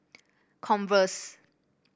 converse